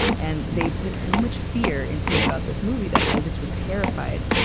and they put so much fear into me about this movie that i just was terrified.